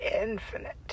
infinite